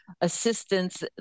assistance